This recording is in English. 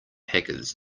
hackers